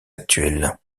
actuelles